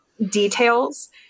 details